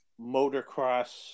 motocross